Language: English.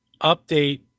update